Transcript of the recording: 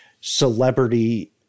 celebrity